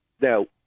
Now